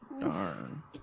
Darn